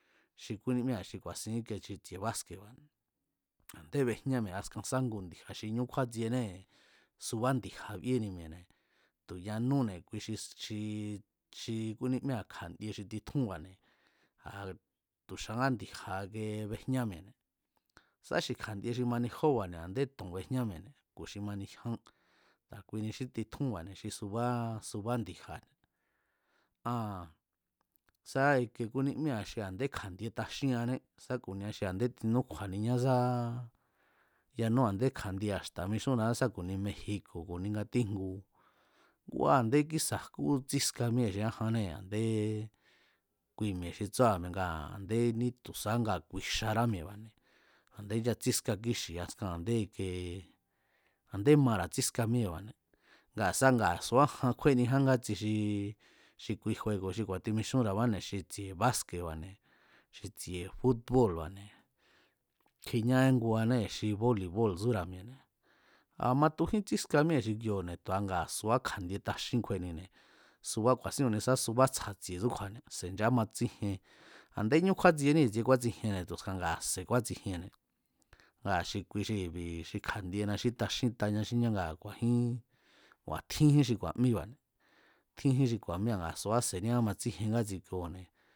Kúnímíra̱ xi ku̱a̱sin xí tsi̱e̱ báske̱ba̱ne̱ a̱ndé bejñá mi̱e̱ askan sa ngu ndi̱ja̱ xi ñú kjúátsienée̱ subá ndi̱ja̱ bíeni mi̱e̱ne̱ tu̱ yanúne̱ kui xi xi kúnímíra̱ kja̱ndie xi titjúnba̱ne̱ a̱ tu̱xa ngá ndi̱ja̱ ke bejña mi̱e̱ne̱ sa xi kja̱ndie xi mani jóba̱ne̱ a̱nde to̱n bejná mi̱e̱ne̱ ku̱ xi mani jyán a̱ kuini xí titjúnba̱ne̱ xi subá subá ndi̱ja̱ne̱ aa̱n sá ike kúnímíra̱ xi a̱nde kja̱ndie taxíanné sa ku̱nia xi a̱nde tinúkju̱a̱niá sá yanú a̱nde kja̱ndiea̱ xta̱ mixúra̱á sá ku̱ni mexico̱ ku̱ni ngatíjngu kua̱ a̱ndé kísa̱ jkú tsíska míée̱ xi ájannée̱ a̱ndé kui mi̱e̱ xi tsúa̱ a̱ndé ní tu̱ subá nga kui xará mi̱e̱ba̱ne̱ a̱ndé nchatsíska kíxi̱ askan a̱ndé ikee a̱ndé mara̱ tsíska míée̱ba̱ne̱ nga a̱sá nga̱ subá jan kjúenijan ngátsi xi kui juego̱ xi ku̱a̱timixúnra̱abane̱ xi tsi̱e̱ báske̱ba̱ne̱ xi tsi̱e̱ fút bóo̱lba̱ne̱ kjiñá ínguanee̱ xi bóli̱bóo̱l tsúra̱ mi̱e̱ne̱, a̱ matujín tsíska míée̱ xi kioo̱ne̱ tu̱a ngaa̱ suba kja̱ndie taxín kjuenine̱ subá ku̱a̱sín ku̱nisá tsja̱tsi̱e̱ tsú kju̱a̱ne̱ subá sé kámatsíjien a̱ndé ñú kjúátsiení i̱tsie kúátsijiene̱ tu̱skan ngaa̱ se̱ kúátsijienne̱ ngaa̱ xi kui xi i̱bi̱ xi kja̱ndiena xí taxíntaña xí ñá ngua̱ ku̱a̱jín kua̱ tjínjín xi ku̱a̱míba̱ne̱, tsénjín xi ku̱a̱míba̱ ngaa̱ subá se̱ní kámatsíjien ngátsi koo̱ne̱